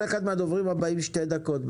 כל אחד מהדוברים הבאים שתי דקות,